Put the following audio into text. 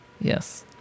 Yes